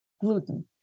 gluten